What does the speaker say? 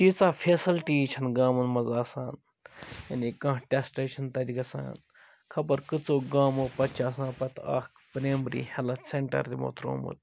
تیٖژاہ فیسَلٹی یی چھِ نہٕ گامَن مَنٛز آسان یعنی کانٛہہ ٹیٚسٹے چھُ نہٕ تتہِ گَژھان خبر کٔژو گامو پَتہٕ چھِ آسان پَتہٕ اَکھ پریمری ہیٚلتھ سیٚنٹر تِمو ترٛوومُت